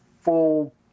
full